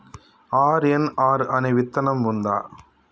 RNR అనే విత్తనం ఉందా?